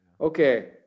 Okay